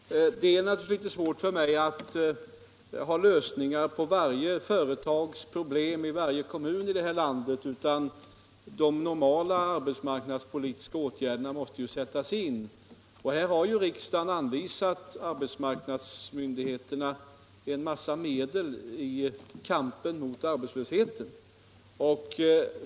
Herr talman! Det är naturligtvis litet svårt för mig att ha lösningar på varje företags problem i varje kommun i det här landet. De normala arbetsmarknadspolitiska åtgärderna måste sättas in, och här har ju riksdagen anvisat arbetsmarknadsmyndigheterna en massa medel i kampen mot arbetslösheten.